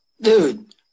Dude